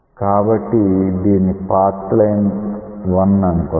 కాబట్టి దీన్ని path line 1 అనుకుందాం